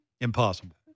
impossible